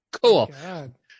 Cool